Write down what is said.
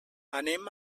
anem